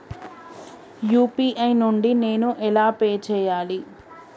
UPI నుండి నేను ఎలా పే చెయ్యాలి?